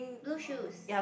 blue shoes